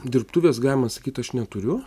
dirbtuvės galima sakyt aš neturiu